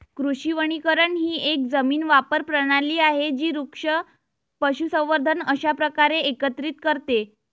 कृषी वनीकरण ही एक जमीन वापर प्रणाली आहे जी वृक्ष, पशुसंवर्धन अशा प्रकारे एकत्रित करते